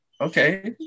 okay